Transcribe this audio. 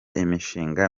imishinga